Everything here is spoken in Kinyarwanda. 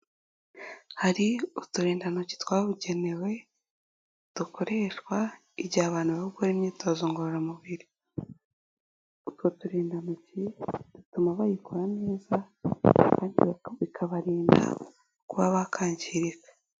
Hari uturindantoki twabugenewe dukoreshwa igihe abantu bari gukora imyitozo ngororamubiri. Utwo turindantoki dutuma bayikora neza kandi bikabarinda kuba bakangirika.